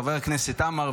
חבר הכנסת עמר,